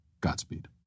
Godspeed